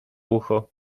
ucho